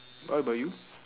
what about you